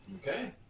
Okay